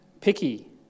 picky